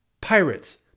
pirates